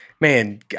Man